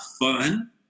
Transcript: fun